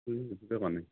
phone ৰিচিভেই কৰা নাই